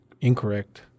incorrect